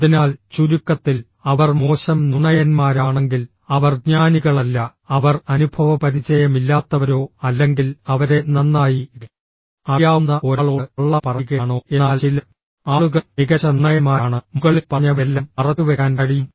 അതിനാൽ ചുരുക്കത്തിൽ അവർ മോശം നുണയന്മാരാണെങ്കിൽ അവർ ജ്ഞാനികളല്ല അവർ അനുഭവപരിചയമില്ലാത്തവരോ അല്ലെങ്കിൽ അവരെ നന്നായി അറിയാവുന്ന ഒരാളോട് കള്ളം പറയുകയാണോ എന്നാൽ ചില ആളുകൾ മികച്ച നുണയന്മാരാണ് മുകളിൽ പറഞ്ഞവയെല്ലാം മറച്ചുവെക്കാൻ കഴിയും